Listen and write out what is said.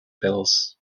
bills